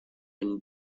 and